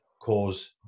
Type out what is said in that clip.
cause